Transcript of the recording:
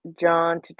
john